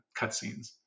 cutscenes